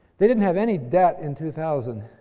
they didn't have any debt in two thousand.